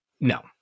No